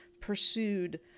pursued